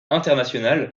internationale